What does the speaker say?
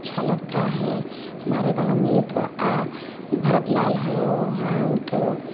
अच्छा लगता है हमारे गाँव में एक भरतलाल है वहाँ उनके